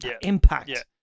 impact